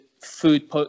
food